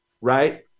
right